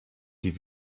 die